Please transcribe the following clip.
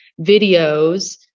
videos